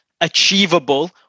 achievable